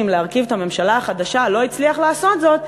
להרכיב את הממשלה החדשה לא הצליחו לעשות זאת,